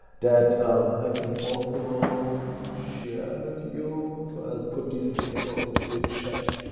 that i can also share the view. so i'll put these things also into the chat